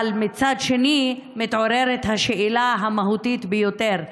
אבל מצד שני מתעוררת השאלה המהותית ביותר: